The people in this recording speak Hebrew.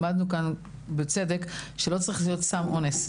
למדנו כאן בצדק שלא צריך להיות סם אונס.